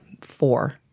four